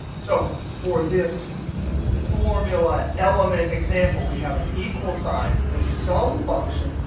so for this formula element example, we have an equals sign, the sum function,